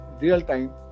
real-time